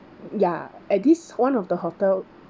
ya at this one of the hotel